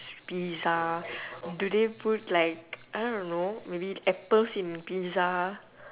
pizza do they put like I don't know maybe apples in the pizza